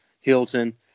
Hilton